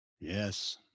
Yes